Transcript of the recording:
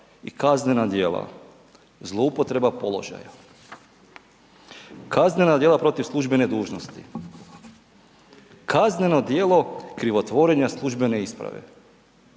i kaznena djela. Zloupotreba položaja, kaznena djela protiv službene dužnosti, kazneno djelo krivotvorenja službene isprave.